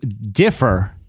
differ